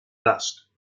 dust